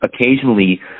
occasionally